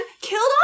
killed